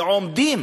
ועומדים